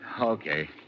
Okay